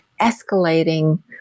escalating